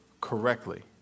correctly